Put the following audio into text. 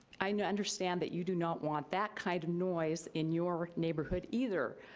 i understand that you do not want that kind of noise in your neighborhood either,